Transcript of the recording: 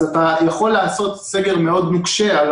אז אתה יכול לעשות סגר נוקשה מאוד על